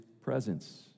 presence